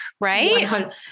right